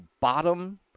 bottom